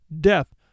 death